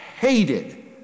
hated